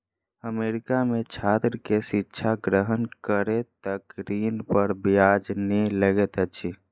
America में छात्र के शिक्षा ग्रहण करै तक ऋण पर ब्याज नै लगैत अछि